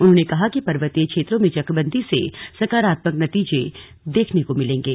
उन्होंने कहा कि पर्वतीय क्षेत्रों में चकबंदी से सकारात्मक नतीजे देखने को मिलेंगे